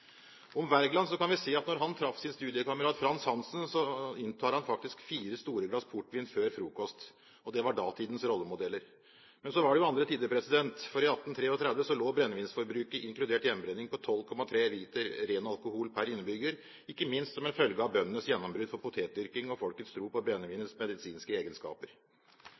Wergeland traff sin studiekamerat Frants Hansen, inntok han faktisk fire store glass portvin før frokost. Det var datidens rollemodeller. Men så var det jo andre tider. For i 1833 lå brennevinsforbruket, inkludert hjemmebrenning, på 12,3 liter ren alkohol per innbygger, ikke minst som en følge av bøndenes gjennombrudd for potetdyrking og folkets tro på brennevinets medisinske egenskaper.